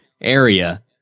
area